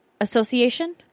Association